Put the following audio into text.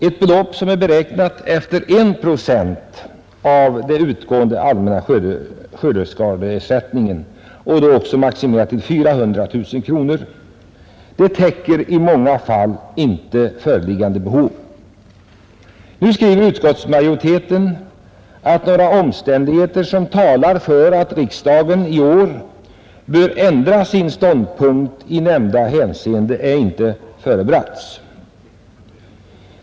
Ett belopp som är beräknat efter en procent av den utgående allmänna skördeskadeersättningen och maximerat till 400 000 kronor täcker i många fall inte föreliggande behov. Nu skriver utskottsmajoriteten att några omständigheter som talar för att riksdagen i år bör ändra sin ståndpunkt i nämnda hänseende inte förebragts.